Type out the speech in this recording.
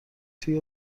توی